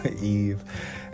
Eve